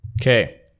Okay